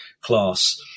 class